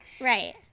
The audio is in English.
Right